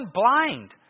blind